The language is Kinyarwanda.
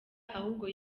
ahubwo